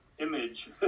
Image